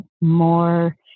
more